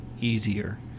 easier